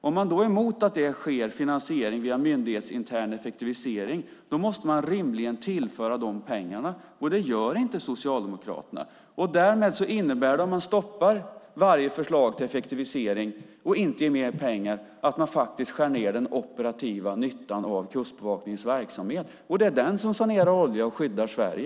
Om man då är emot att finansiering sker via myndighetsintern effektivisering måste man rimligen tillföra de pengarna, och det gör inte Socialdemokraterna. Om man stoppar varje förslag till effektivisering och inte ger mer pengar innebär det att man skär ned den operativa nyttan av Kustbevakningens verksamhet. Det är den som sanerar olja och skyddar Sverige.